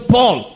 Paul